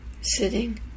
sitting